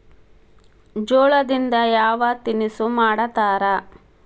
ಜೋಳದಿಂದ ಯಾವ ತಿನಸು ಮಾಡತಾರ?